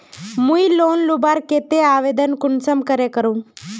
मुई लोन लुबार केते आवेदन कुंसम करे करूम?